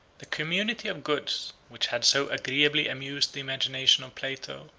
the community of goods, which had so agreeably amused the imagination of plato,